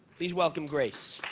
please welcome grace.